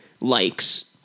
likes